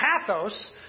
Pathos